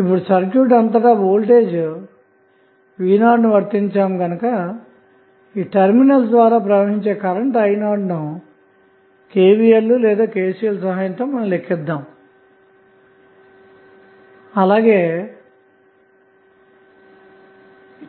ఇప్పుడు సర్క్యూట్ అంతటావోల్టేజ్ v 0ని వర్తింపచేశాము వర్తించాము గనక టెర్మినల్స్ ద్వారా ప్రవహించే కరెంటు i 0ను KVL లేదా KCL సహాయంతో లెక్కిద్దాము అలాగే